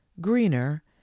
greener